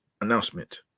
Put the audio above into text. announcement